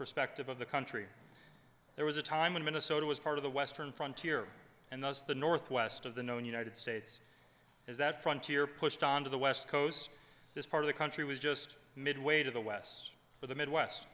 perspective of the country there was a time when minnesota was part of the western frontier and thus the northwest of the known united states is that front here pushed onto the west coast this part of the country was just midway to the west of the midwest